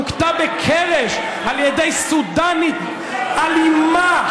הוכתה בקרש על ידי סודנית אלימה,